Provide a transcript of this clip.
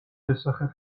შესახებ